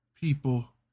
people